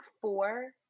four